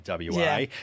WA